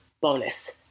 bonus